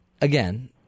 again